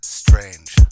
strange